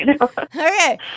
Okay